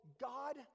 God